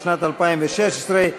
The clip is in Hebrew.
לשנת 2016,